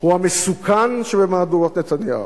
הוא המסוכן שבמהדורות נתניהו.